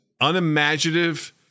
unimaginative